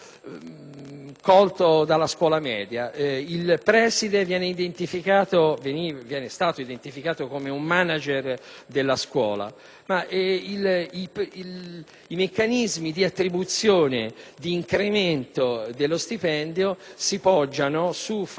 colto dalla scuola media: il preside è stato identificato come un *manager* della scuola, ma i meccanismi di attribuzione di incremento dello stipendio si poggiano su fattori